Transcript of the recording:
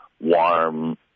warm